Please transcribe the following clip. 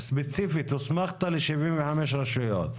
ספציפית הוסמכת ל-75 רשויות.